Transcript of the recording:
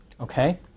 okay